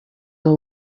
are